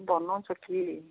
ବନଉଛ କି